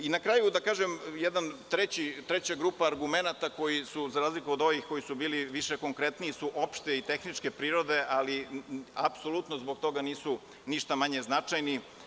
Na kraju, treća grupa argumenata, za razliku od ovih koji su bili više konkretniji, su opšte i tehničke prirode, ali apsolutno zbog toga nisu ništa manje značajni.